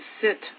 sit